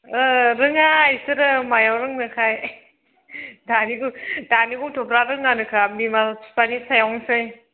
रोङा इसोरो मायाव रोंनोखाय दानि दानि गथ'फ्रा रोङानोखा बिमा बिफानि सायावनोसै